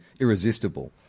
irresistible